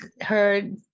heard